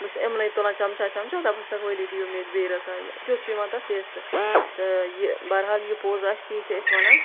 بہٕ چھس یِمنٕے تُلان چَمچہ چَمچہ دَپان چھسَکھ ؤلِو دِیو مےٚ تہِ بیٚیہِ رَژھا یہِ تیٚتھ چھِ یِوان تَتھ ٹیسٹ تہٕ یہِ بحرحال یہِ پوٚز آسہِ تی چھِ أسۍ وَنان